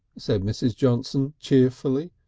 said mrs. johnson cheerfully.